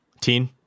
Teen